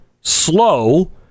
slow